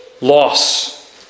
loss